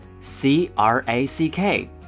C-R-A-C-K